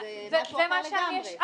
זה משהו אחר לגמרי.